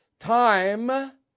Time